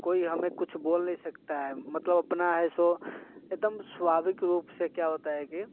कोई हमें कुछ बोल नहीं सकता है मतलब अपना है सो एकदम स्वभाविक रूप से क्या होता है कि